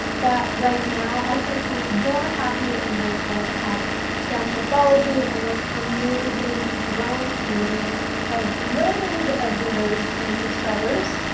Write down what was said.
but right now, i couldn't be more happy and grateful to have downshiftology and this amazing, growing community of millions of readers and subscribers,